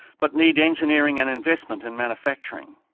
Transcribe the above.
but need engineering and investment in manufacturing.